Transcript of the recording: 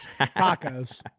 Tacos